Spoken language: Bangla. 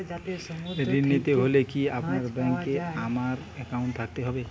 ঋণ নিতে হলে কি আপনার ব্যাংক এ আমার অ্যাকাউন্ট থাকতে হবে?